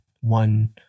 one